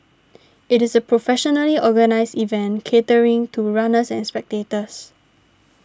it is a professionally organised event catering to runners and spectators